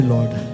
Lord